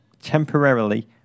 temporarily